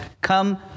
come